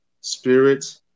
spirit